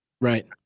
right